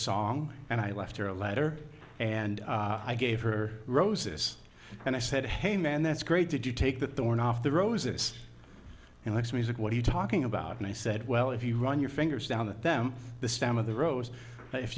song and i left her a letter and i gave her roses and i said hey man that's great did you take that the one off the roses and likes music what are you talking about and i said well if you run your fingers down to them the stem of the rose if